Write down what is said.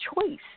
choice